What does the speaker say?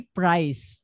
price